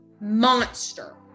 monster